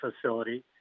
facility